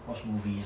watch movie ah